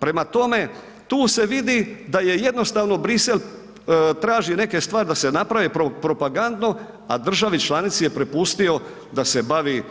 Prema tome, tu se vidi da je jednostavno Bruxelles traži neke stvari da se naprave propagandno, a državi članici je prepustio da se bavi